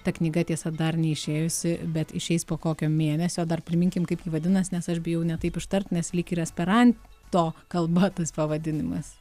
ta knyga tiesa dar neišėjusi bet išeis po kokio mėnesio dar priminkim kaip ji vadinas nes aš bijau ne taip ištart nes lyg ir esperanto kalba tas pavadinimas